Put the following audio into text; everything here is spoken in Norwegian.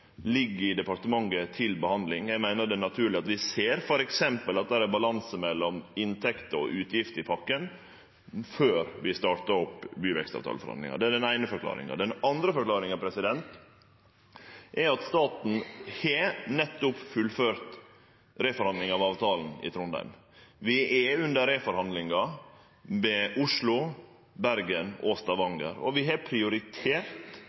ligg i departementet til behandling. Eg meiner det er naturleg at vi ser f.eks. at det er balanse mellom inntekter og utgifter i pakken før vi startar opp byvekstavtaleforhandlingar. Den andre forklaringa er at staten nettopp har fullført reforhandlinga av avtalen i Trondheim. Vi er i reforhandlingar med Oslo, Bergen og Stavanger, og vi har prioritert